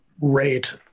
rate